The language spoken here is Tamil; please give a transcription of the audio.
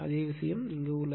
அதே விஷயம் இருக்கிறது